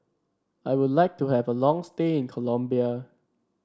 I would like to have a long stay in Colombia